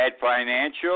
financial